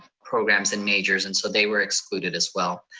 programs and majors, and so they were excluded as well.